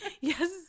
Yes